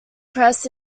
press